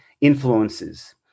influences